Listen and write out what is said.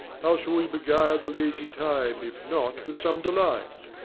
how shall we beguile the lazy time, if not with some delight?